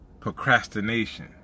procrastination